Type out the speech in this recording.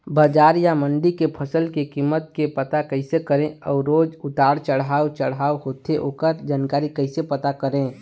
बजार या मंडी के फसल के कीमत के पता कैसे करें अऊ रोज उतर चढ़व चढ़व होथे ओकर जानकारी कैसे पता करें?